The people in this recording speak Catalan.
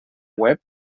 web